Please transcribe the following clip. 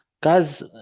guys